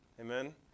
Amen